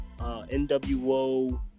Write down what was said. NWO